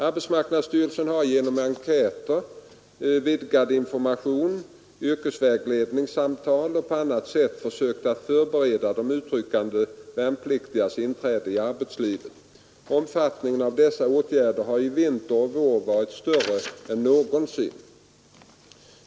Arbetsmarknadsstyrelsen har genom enkäter, vidgad information, yrkesvägledningssamtal och på annat sätt försökt att förbereda de utryckande värnpliktigas inträde i arbetslivet. Omfattningen av dessa åtgärder har i vinter och vår varit större än någonsin.